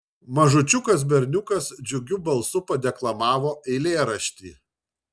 mažučiukas berniukas džiugiu balsu padeklamavo eilėraštį